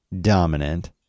dominant